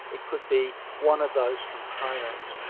it could be one of those components.